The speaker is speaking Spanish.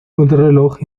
contrarreloj